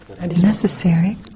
necessary